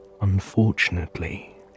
unfortunately